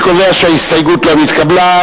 אני קובע שההסתייגות לא נתקבלה.